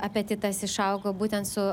apetitas išaugo būtent su